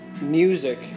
music